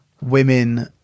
women